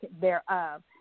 thereof